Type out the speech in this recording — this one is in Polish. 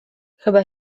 chyba